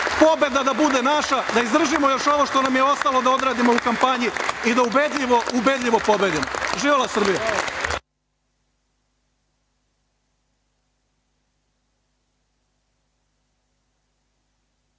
Pobeda da bude naša. Da izdržimo još ovo što nam je ostalo, da odradimo u kampanji i da ubedljivo, ubedljivo pobedimo. Živela Srbija.